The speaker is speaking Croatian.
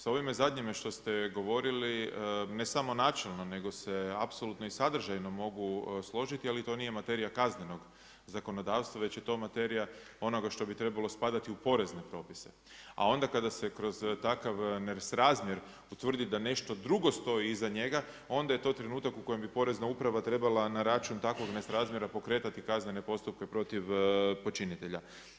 S ovime zadnjim što ste govorili, ne samo načelno, nego se apsolutno i sadržajno mogu složiti ali to nije materija kaznenog zakonodavstva, već je to materija onoga što bi trebalo spadati u porezne propise, a onda kada se kroz takav nesrazmjer utvrdi da nešto drugo stoji iza njega onda je to trenutak u kojem bi Porezna uprava trebala na račun takvog nesrazmjera pokretati kaznene postupke protiv počinitelja.